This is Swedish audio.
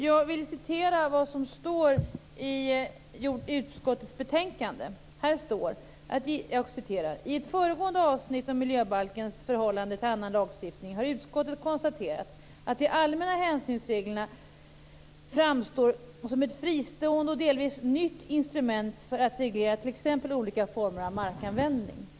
Jag vill citera vad som står i utskottets betänkande: "I ett föregående avsnitt om miljöbalkens förhållande till annan lagstiftning har utskottet konstaterat att de allmänna hänsynsreglerna framstår som ett fristående och delvis nytt instrument för att reglera t.ex. olika former av markanvändning."